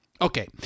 Okay